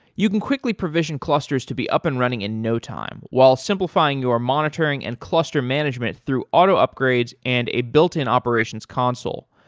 you can quickly provision clusters to be up and running in no time while simplifying your monitoring and cluster management through auto upgrades and a built-in operations console.